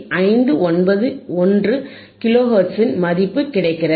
591 kilo ஹெர்ட்ஸின் மதிப்பு கிடைக்கிறது